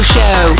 Show